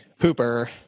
pooper